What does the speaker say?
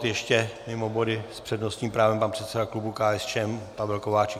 Ještě mimo body s přednostním právem pan předseda klubu KSČM Pavel Kováčik.